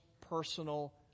personal